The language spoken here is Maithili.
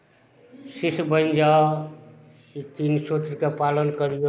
शिष्य बनि जाउ ई तीन सूत्रके पालन करियौ